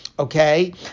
Okay